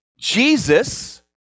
Jesus